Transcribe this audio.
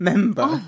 Member